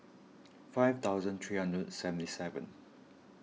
five thousand three hundred and seventy seven